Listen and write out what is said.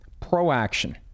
proaction